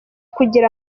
kugira